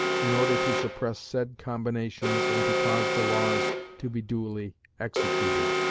in order to suppress said combinations and to cause the laws to be duly executed.